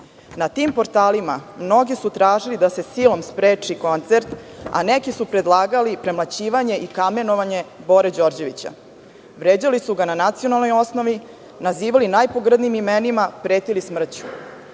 Na tim portalima mnogi su tražili da se silom spreči koncert, a neki su predlagali premlaćivanje i kamenovanje Bore Đorđevića. Vređali su ga na nacionalnoj osnovi, nazivali najpogrdnijim imenima, pretili smrću.